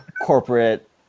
corporate